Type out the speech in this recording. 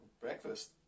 breakfast